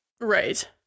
Right